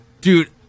dude